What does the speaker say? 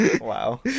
Wow